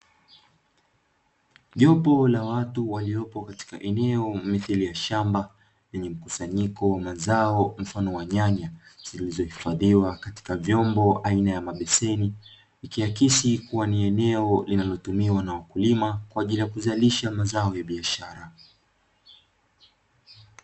Jopo la watu waliopo katika eneo mithili ya shamba lenye mkusanyiko wa mazao mfano wa nyanya zilizohifadhiwa katika vyomba aina ya mabeseni, ikiakisi kuwa ni eneo linalotumiwa na wakulima kwa ajili ya kuzalisha mazao ya biashara.